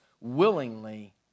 willingly